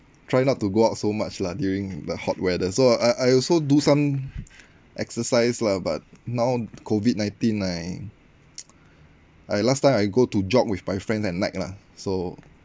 try not to go out so much lah during the hot weather so I I also do some exercise lah but now COVID nineteen I I last time I go to jog with my friend at night lah so